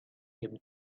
him